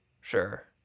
sure